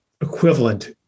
equivalent